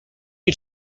you